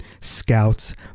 scouts